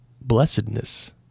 blessedness